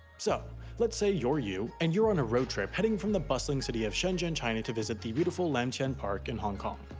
so let's say you're you, and you're on a road trip heading from the bustling city of shenzhen, china to visit the beautiful lam tsuen park in hong kong.